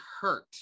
hurt